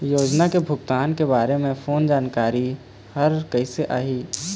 योजना के भुगतान के बारे मे फोन जानकारी हर कइसे आही?